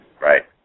Right